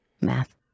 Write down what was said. Math